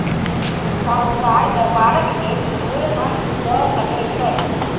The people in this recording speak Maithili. साहूकार व्यापारक लेल मूल धन दअ सकै छै